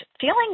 feeling